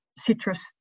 citrus